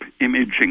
imaging